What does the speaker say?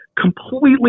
completely